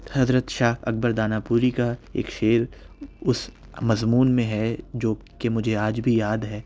حضرت شاہ اکبر دانا پوری کا ایک شعر اُس مضمون میں ہے جو کہ مجھے آج بھی یاد ہے